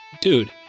Dude